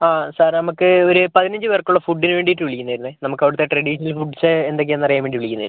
ആ സാറേ നമ്മൾക്ക് ഒരു പതിനഞ്ച് പേർക്കുള്ള ഫുഡിന് വേണ്ടീട്ട് വിളിക്കുന്നതായിരുന്നേ നമ്മൾക്ക് അവിടുത്തെ ട്രഡീഷണൽ ഫുഡ്സ് എന്തൊക്കെയാണെന്ന് അറിയാൻ വേണ്ടി വിളിക്കുന്നതായിരുന്നു